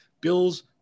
bills